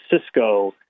Cisco